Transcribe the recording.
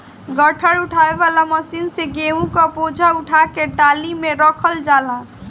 गट्ठर उठावे वाला मशीन से गेंहू क बोझा उठा के टाली में रखल जाला